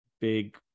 big